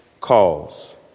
Calls